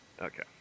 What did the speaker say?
okay